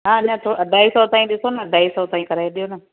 हा न थो अढाई सौ ताईं ॾिसो न अढाई सौ ताईं कराए ॾियो न